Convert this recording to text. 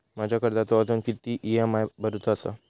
माझ्या कर्जाचो अजून किती ई.एम.आय भरूचो असा?